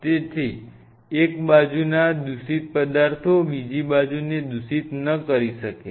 જેથી એક બાજુના દૂષિત પદાર્થો બીજી બાજુને દૂષિત ન કરે